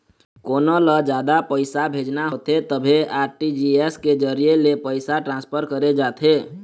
कोनो ल जादा पइसा भेजना होथे तभे आर.टी.जी.एस के जरिए ले पइसा ट्रांसफर करे जाथे